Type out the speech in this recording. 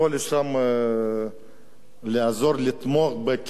לעזור לתמוך בקהילות,